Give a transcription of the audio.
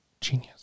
genius